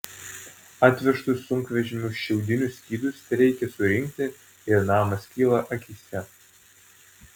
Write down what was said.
atvežtus sunkvežimiu šiaudinius skydus tereikia surinkti ir namas kyla akyse